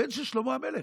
הבן של שלמה המלך,